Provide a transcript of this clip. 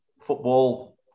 football